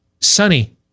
Sunny